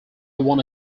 want